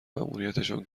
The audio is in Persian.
ماموریتشان